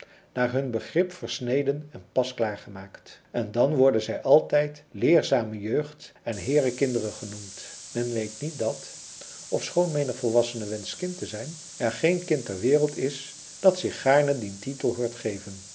naar hun begrip versneden en pasklaar gemaakt en dan worden zij altijd leerzame jeugd en here kinderen genoemd men weet niet dat ofschoon menig volwassene wenscht kind te zijn er geen kind ter wereld is dat zich gaarne dien titel hoort geven